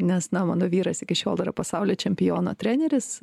nes na mano vyras iki šiol yra pasaulio čempiono treneris